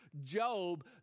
Job